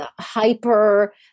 hyper